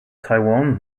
taiwan